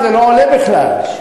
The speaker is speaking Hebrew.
זה לא עולה בכלל.